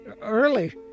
early